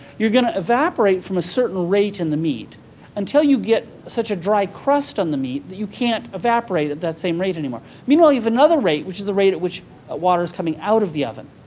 you're gonna evaporate from a certain rate in the meat until you get such a dry crust on the meat that you can't evaporate at that same rate anymore. meanwhile, you have another rate, which is the rate at which ah water is coming out of the oven.